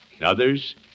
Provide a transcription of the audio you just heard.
Others